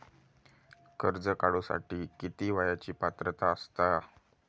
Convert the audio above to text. कर्ज काढूसाठी किती वयाची पात्रता असता?